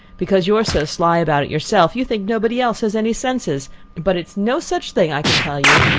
because you are so sly about it yourself, you think nobody else has any senses but it is no such thing, i can tell you,